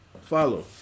follow